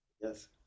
Yes